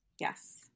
Yes